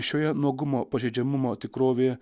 šioje nuogumo pažeidžiamumo tikrovėje